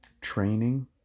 training